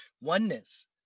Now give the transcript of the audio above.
oneness